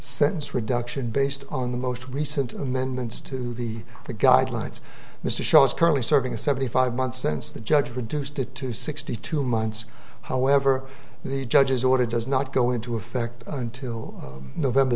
sentence reduction based on the most recent amendments to the the guidelines mr shaw is currently serving a seventy five months since the judge reduced it to sixty two months however the judge's order does not go into effect until november